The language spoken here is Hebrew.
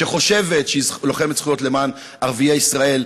שחושבת שהיא לוחמת זכויות למען ערביי ישראל,